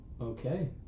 Okay